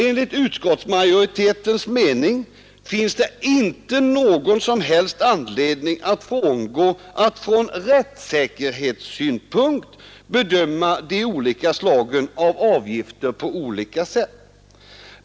Enligt utskottets mening finns det inte någon som helst anledning att frångå möjligheten att från rättssäkerhetssynpunkt bedöma de olika slagen av avgifter på olika sätt.